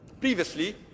Previously